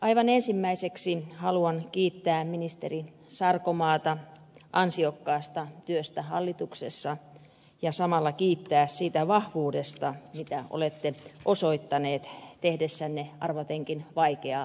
aivan ensimmäiseksi haluan kiittää ministeri sarkomaata ansiokkaasta työstä hallituksessa ja samalla kiittää siitä vahvuudesta mitä olette osoittanut tehdessänne arvatenkin vaikeaa päätöstä